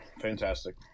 fantastic